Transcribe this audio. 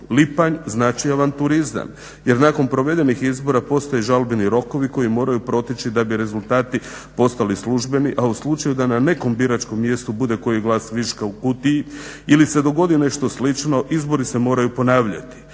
Lipanj znači avanturizam jer nakon provedenih izbora postoje žalbeni rokovi koji moraju proteći da bi rezultati postali službeni, a u slučaju da na nekom biračkom mjestu bude koji glas viška u kutiji ili se dogodi nešto slično izbori se moraju ponavljati.